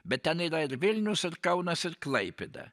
bet ten yra ir vilnius ir kaunas ir klaipėda